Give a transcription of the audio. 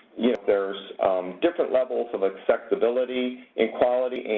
yeah there's different levels of accessibility equality,